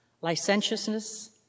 licentiousness